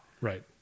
Right